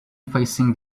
facing